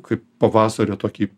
kaip pavasario tokį